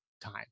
time